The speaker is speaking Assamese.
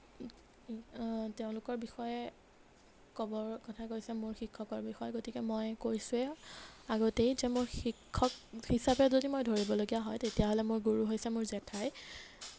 তেওঁলোকৰ বিষয়ে ক'ব কথা কৈছে মোৰ শিক্ষকৰ বিষয়ে মই কৈছোৱে আগতেই যে মোৰ শিক্ষক হিচাপে যদি মই ধৰিবলগীয় হয় তেতিয়াহ'লে মোৰ গুৰু হৈছে মোৰ জেঠাই